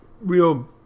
real